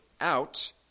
out